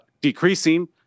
decreasing